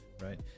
right